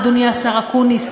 אדוני השר אקוניס,